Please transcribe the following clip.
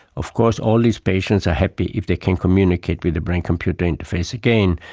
of course all these patients are happy if they can communicate with the brain-computer interface again,